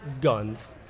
guns